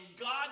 God